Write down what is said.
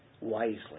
wisely